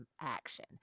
action